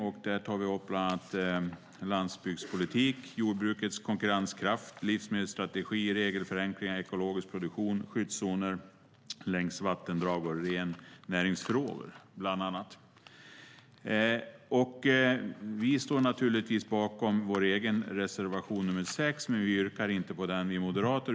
Vi tar bland annat upp landsbygdspolitik, jordbrukets konkurrenskraft, livsmedelsstrategi, regelförenklingar, ekologisk produktion, skyddszoner längs vattendrag och rennäringsfrågor. Vi står naturligtvis bakom vår egen reservation 6, men vi moderater yrkar inte bifall till den.